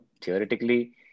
theoretically